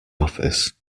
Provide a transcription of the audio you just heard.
office